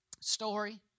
story